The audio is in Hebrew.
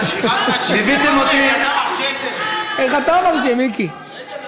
ובחוצות ירושלים." "עוד יישמע,